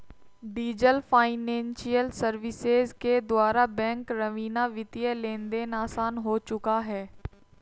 diesel financial services के द्वारा bank रवीना वित्तीय लेनदेन आसान हो चुका है